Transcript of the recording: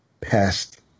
past